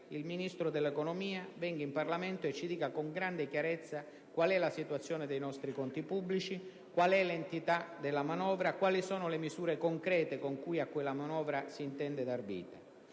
il Ministro dell'economia venga in Parlamento e ci dica con grande chiarezza qual è la situazione dei nostri conti pubblici, quale l'entità della manovra, quali sono le misure concrete con cui a quella manovra si intende dar vita.